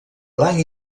blanc